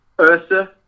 Ursa